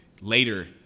later